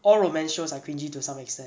all romaine shows are cringey to some extent